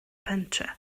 pentre